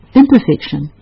imperfection